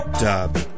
dub